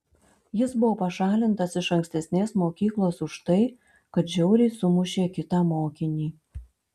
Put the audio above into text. jis buvo pašalintas iš ankstesnės mokyklos už tai kad žiauriai sumušė kitą mokinį